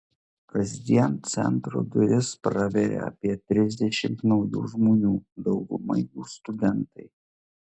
kasdien centro duris praveria apie trisdešimt naujų žmonių dauguma jų studentai